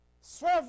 Serve